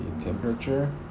temperature